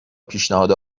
پیشنهاد